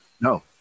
No